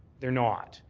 they're not.